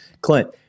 clint